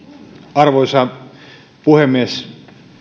arvoisa puhemies